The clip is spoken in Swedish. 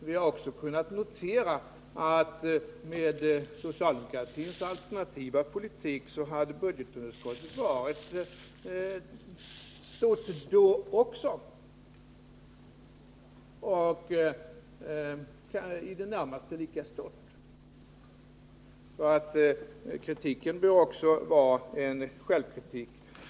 Vi har också kunnat notera att budgetunderskottet hade varit i det närmaste lika stort med socialdemokratins alternativa politik. Kritiken bör därför också vara en självkritik.